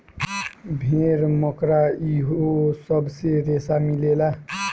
भेड़, मकड़ा इहो सब से रेसा मिलेला